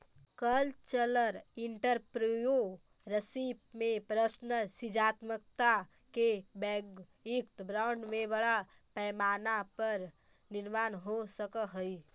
cultural entrepreneurship में personal सृजनात्मकता के वैयक्तिक ब्रांड के बड़ा पैमाना पर निर्माण हो सकऽ हई